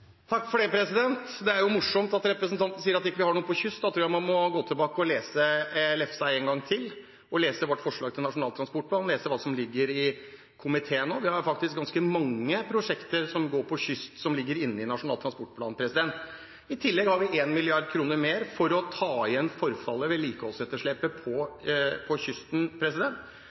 Det er morsomt at representanten sier at vi ikke har noe på kyst. Da tror jeg man må gå tilbake og lese lefsa en gang til, lese vårt forslag til Nasjonal transportplan, lese hva som ligger i komiteen nå. Vi har faktisk ganske mange prosjekter som går på kyst, som ligger inne i Nasjonal transportplan. I tillegg har vi 1 mrd. kr mer for å ta igjen forfallet, vedlikeholdsetterslepet på kysten.